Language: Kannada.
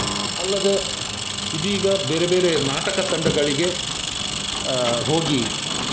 ಅಲ್ಲದೆ ಇದೀಗ ಬೇರೆ ಬೇರೆ ನಾಟಕ ತಂಡಗಳಿಗೆ ಹೋಗಿ